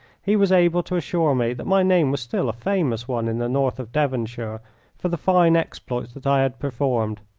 he was able to assure me that my name was still a famous one in the north of devonshire for the fine exploits that i had performed.